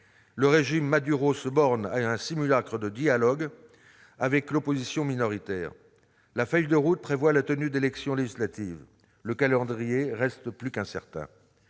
Le régime Maduro se borne à un simulacre de dialogue avec l'opposition minoritaire. La « feuille de route » prévoit la tenue d'élections législatives, mais le calendrier reste plus qu'incertain.